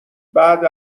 بعد